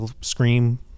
Scream